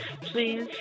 Please